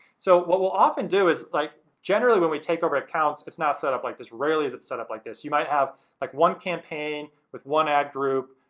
so what we'll often do is like, generally when we take over accounts it's not set-up like this rarely is it set-up like this. you might have like one campaign with one ad group,